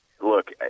look